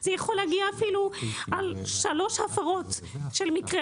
זה יכול להגיע אפילו לשלוש הפרות על מקרה